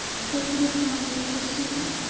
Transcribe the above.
i thought you would come with me to see him.